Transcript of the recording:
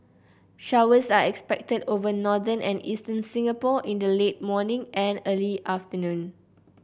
showers are expected over northern and eastern Singapore in the late morning and early afternoon